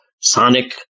sonic